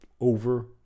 over